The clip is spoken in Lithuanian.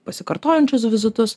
pasikartojančius vizitus